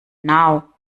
now